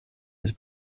his